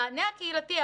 המענה הקהילתי,